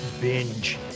binge